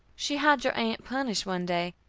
she had your aunt punished one day,